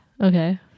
Okay